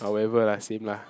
however lah same lah